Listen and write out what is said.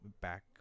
back